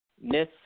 Miss